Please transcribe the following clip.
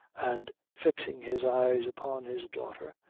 and fixing his eyes upon his daughter,